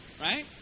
right